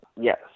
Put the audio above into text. Yes